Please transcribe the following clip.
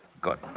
Good